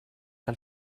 que